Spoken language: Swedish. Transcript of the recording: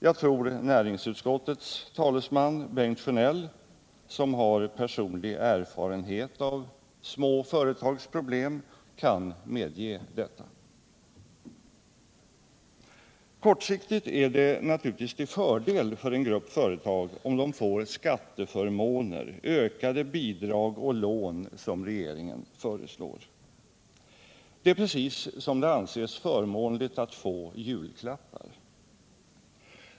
Jag tror att näringsutskottets talesman Bengt Sjönell, som har personlig erfarenhet av småföretags problem, kan medge detta. Kortsiktigt är det naturligtvis till fördel för en grupp företag om de får skatteförmåner samt ökade bidrag och lån, som regeringen föreslår. Det är precis som det anses förmånligt att få julklappar.